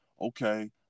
okay